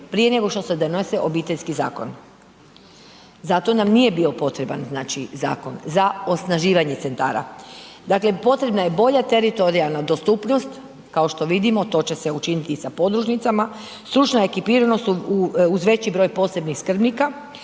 prije nego što se donosio Obiteljski zakon. za to nam nije bio potreban zakon za osnaživanje centara. Dakle potrebna je bolje teritorijalna dostupnost, kao što vidimo to će se učiniti i sa podružnicama, stručna ekipiranost uz veći broj posebnih skrbnika